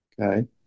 Okay